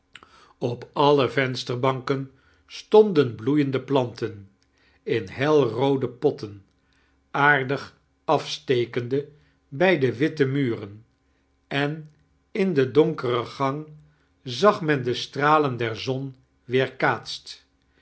op alle vensterbanken stonden bloeiende plantein in helroode potten aardig afstekende bij de witte muren en in do donkare gang zag men de stralen der zon wearkaatst